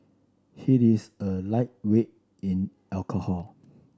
he is a lightweight in alcohol